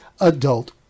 adult